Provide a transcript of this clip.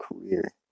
career